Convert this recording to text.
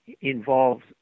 involves